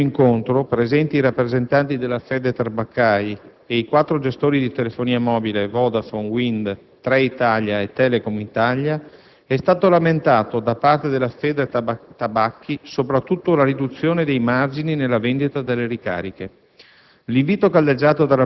Nel corso di un primo incontro, presenti i rappresentanti della Federtabacchi e i quattro gestori di telefonia mobile Vodafone, Wind, Tre Italia e Telecom Italia, è stata lamentata da parte della Federtabacchi, soprattutto la riduzione dei margini nella vendita delle ricariche.